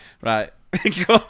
Right